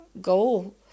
go